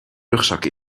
rugzak